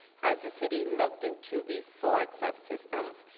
has the city looked into these sorts of systems,